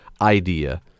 idea